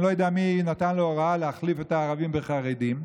אני לא יודע מי נתן לו הוראה להחליף את הערבים בחרדים,